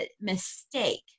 mistake